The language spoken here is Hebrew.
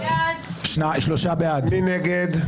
מי נגד?